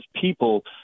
people